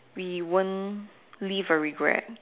we won't leave a regret